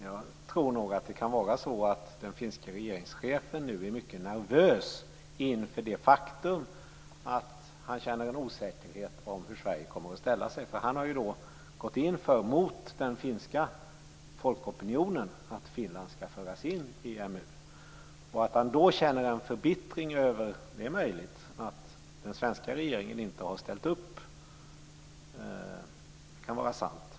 Det kan nog vara så att den finska regeringschefen är mycket nervös inför det faktum att det finns en osäkerhet om hur Sverige kommer att ställa sig. Han har ju, mot den finska folkopinionen, gått in för att Finland skall föras in i EMU. Att han då känner förbittring över att den svenska regeringen inte ställer upp kan vara sant.